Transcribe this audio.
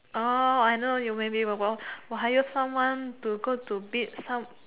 oh I know you maybe hire someone to go to beat some